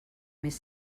més